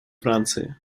франции